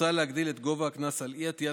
מוצע להגדיל את גובה הקנס על אי-עטיית